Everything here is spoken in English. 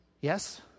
Yes